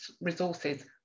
resources